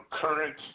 current